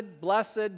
blessed